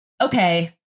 okay